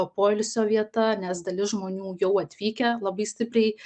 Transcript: poilsio vieta nes dalis žmonių jau atvykę labai stipriai